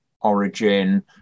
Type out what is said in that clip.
origin